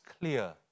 clear